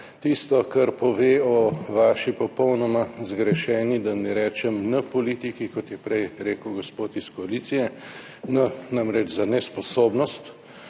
Tisto, kar pove o vaši popolnoma zgrešeni, da ne rečem »N-politiki«, kot je prej rekel gospod iz koalicije, namreč za nesposobnost,